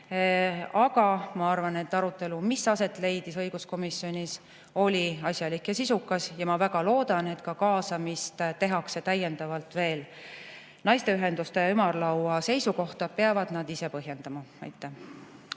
Aga ma arvan, et arutelu, mis leidis aset õiguskomisjonis, oli asjalik ja sisukas, ja ma väga loodan, et kaasamist tehakse täiendavalt veel. Naisteühenduste ümarlaua seisukohta peavad nad ise põhjendama. Aitäh!